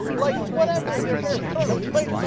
like whatever, theyire bare feet on a plane,